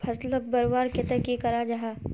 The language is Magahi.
फसलोक बढ़वार केते की करा जाहा?